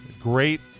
Great